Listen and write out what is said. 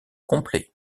complet